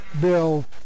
Bill